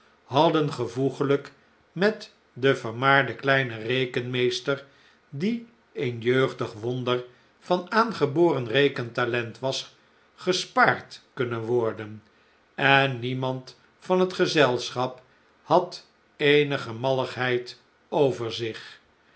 hadden gevoeglijk met den vermaarden kleinen rekenmeester die een jeugdig wonder van aangeboren rekentalent was gepaard kunnen worden en niemand van het gezelschap had eenige malligheid